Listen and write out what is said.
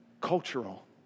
cultural